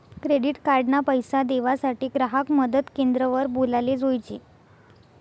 credit card ना पैसा देवासाठे ग्राहक मदत क्रेंद्र वर बोलाले जोयजे